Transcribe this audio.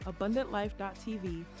AbundantLife.tv